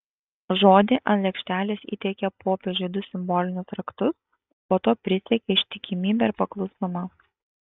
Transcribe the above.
žodį ant lėkštelės įteikė popiežiui du simbolinius raktus po to prisiekė ištikimybę ir paklusnumą